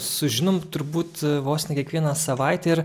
sužinom turbūt vos ne kiekvieną savaitę ir